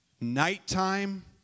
nighttime